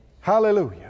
Hallelujah